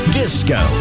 disco